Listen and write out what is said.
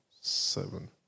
seven